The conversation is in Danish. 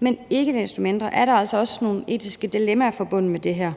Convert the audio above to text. men ikke desto mindre er der altså også nogle etiske dilemmaer forbundet med det her.